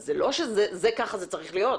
זה לא שככה זה צריך להיות.